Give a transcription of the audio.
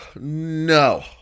No